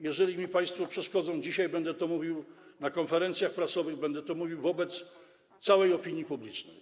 Jeżeli mi państwo dzisiaj przeszkodzą, będę to mówił na konferencjach prasowych, będę to mówił wobec całej opinii publicznej.